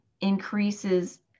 increases